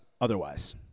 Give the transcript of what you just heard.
otherwise